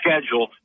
schedule